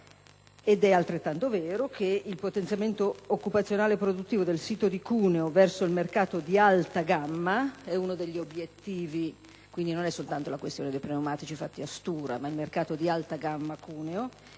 ed è altrettanto vero che il potenziamento occupazionale produttivo del sito di Cuneo verso il mercato di alta gamma è uno degli obiettivi. Quindi, non soltanto la questione dei pneumatici fatti a Stura, ma il mercato di alta gamma a Cuneo